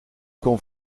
kon